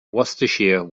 worcestershire